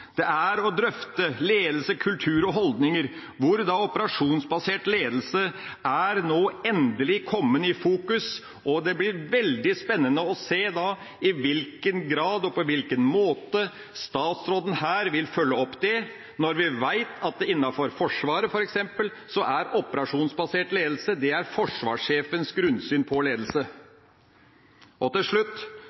virkelighetsforståelsen og å drøfte ledelse, kultur og holdninger, hvor operasjonsbasert ledelse nå endelig er kommet i fokus. Det blir veldig spennende å se i hvilken grad og på hvilken måte statsråden vil følge opp det når vi vet at f.eks. innenfor Forsvaret er operasjonsbasert ledelse forsvarssjefens grunnsyn på ledelse. Til slutt